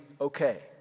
okay